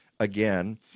again